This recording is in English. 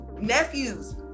nephews